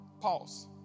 Pause